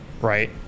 right